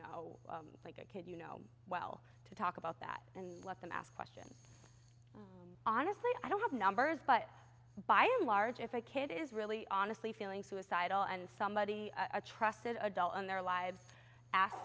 know like a kid you know well to talk about that and let them ask questions honestly i don't have numbers but by and large if a kid is really honestly feeling suicidal and somebody a trusted adult in their lives ask